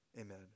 Amen